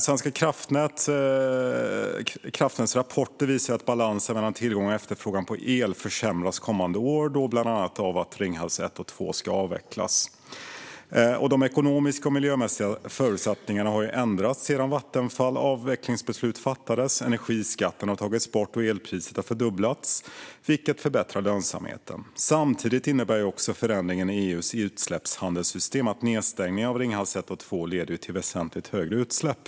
Svenska kraftnäts rapporter visar att balansen mellan tillgång och efterfrågan på el försämras kommande år, bland annat för att Ringhals 1 och 2 ska avvecklas. De ekonomiska och miljömässiga förutsättningarna har ändrats sedan Vattenfalls avvecklingsbeslut fattades. Energiskatten har tagits bort och elpriset fördubblats, vilket förbättrar lönsamheten. Samtidigt innebär förändringen i EU:s utsläppshandelssystem att nedstängningen av Ringhals 1 och 2 leder till väsentligt högre utsläpp.